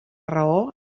raó